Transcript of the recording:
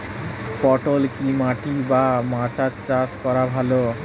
পটল কি মাটি বা মাচায় চাষ করা ভালো?